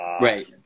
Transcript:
right